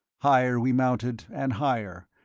higher we mounted and higher,